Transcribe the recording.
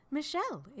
michelle